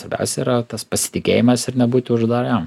svarbiausia yra tas pasitikėjimas ir nebūti uždariam